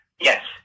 Yes